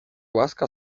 łaska